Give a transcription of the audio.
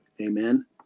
Amen